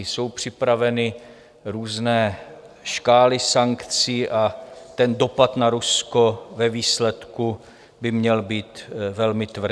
Jsou připraveny různé škály sankcí a ten dopad na Rusko ve výsledku by měl být velmi tvrdý.